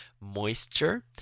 moisture